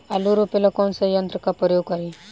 आलू रोपे ला कौन सा यंत्र का प्रयोग करी?